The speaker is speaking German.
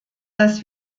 dass